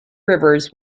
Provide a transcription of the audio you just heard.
rivers